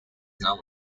now